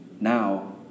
Now